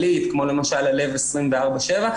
לב 24/7,